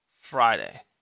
Friday